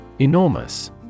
Enormous